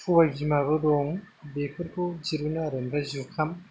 सबाइ बिमाबो दं बेफोरखौ दिरुनो आरो ओमफ्राय जुखाम